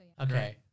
Okay